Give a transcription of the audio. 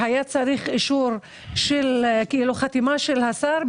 והיה צריך חתימה של השר.